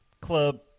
Club